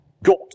Got